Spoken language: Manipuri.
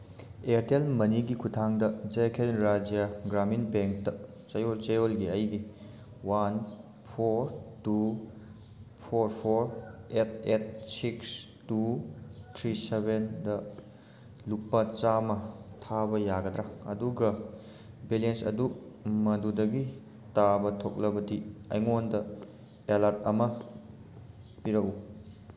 ꯏꯌꯔꯇꯦꯜ ꯃꯅꯤꯒꯤ ꯈꯨꯠꯊꯥꯡꯗ ꯖꯦ ꯀꯦ ꯔꯥꯖ꯭ꯌ ꯒ꯭ꯔꯥꯃꯤꯟ ꯕꯦꯡꯛꯇ ꯆꯌꯣꯜ ꯆꯌꯣꯜꯒꯤ ꯑꯩꯒꯤ one four two four four eight eight six two three ꯁꯚꯦꯟꯗ ꯂꯨꯄꯥ ꯆꯥꯝꯃ ꯊꯥꯕ ꯌꯥꯒꯗ꯭ꯔꯥ ꯑꯗꯨꯒ ꯕꯦꯂꯦꯟꯁ ꯑꯗꯨ ꯃꯗꯨꯗꯒꯤ ꯇꯥꯕ ꯊꯣꯛꯂꯕꯗꯤ ꯑꯩꯉꯣꯟꯗ ꯑꯦꯂꯥꯔꯠ ꯑꯃ ꯄꯤꯔꯛꯎ